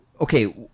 Okay